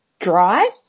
dry